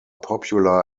popular